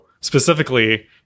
specifically